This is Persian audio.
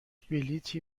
بلیطی